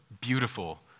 beautiful